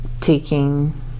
taking